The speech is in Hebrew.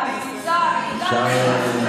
איפה הוא?